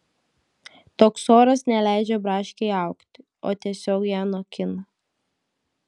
toks oras neleidžia braškei augti o tiesiog ją nokina